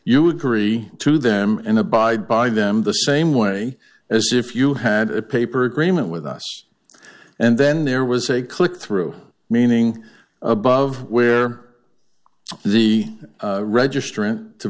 you agree to them and abide by them the same way as if you had a paper agreement with us and then there was a click through meaning above where the registering to